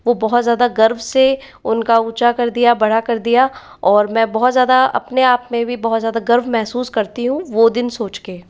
वो बहुत ज़्यादा गर्व से उन का ऊँचा कर दिया बड़ा कर दिया और मैं बहुत ज़्यादा अपने आप में भी बहुत ज़्यादा गर्व महसूस करती हूँ वो दिन सोच के